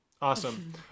Awesome